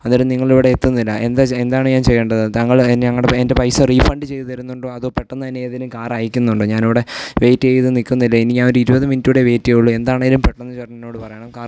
അന്നേരം നിങ്ങളിവിടെ എത്തുന്നില്ല എന്താ എന്താണ് ഞാൻ ചെയ്യേണ്ടത് താങ്കൾ ഞങ്ങളുടെ എൻ്റെ പൈസ റീഫണ്ട് ചെയ്തു തരുന്നുണ്ടോ അതോ പെട്ടന്ന് തന്നെ ഏതെങ്കിലും കാർ അയക്കുന്നുണ്ടോ ഞാനിവിടെ വെയ്റ്റ് ചെയ്ത് നിൽക്കുന്നില്ല ഇനി ഞാൻ ഒരു ഇരുപത് മിനിറ്റ് കൂടെ വെയ്റ്റ് ചെയ്യുകയുള്ളു എന്താണെങ്കിലും പെട്ടന്ന് ചേട്ടനെന്നോട് പറയണം കാരണം